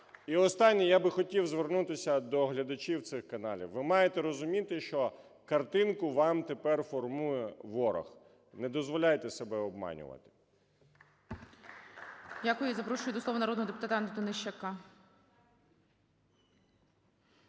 І останнє, я би хотів звернутися до глядачів цих каналів. Ви маєте розуміти, що картинку вам тепер формує ворог, не дозволяйте себе обманювати. ГОЛОВУЮЧИЙ. Дякую. Запрошую до слова народного депутата Антонищака.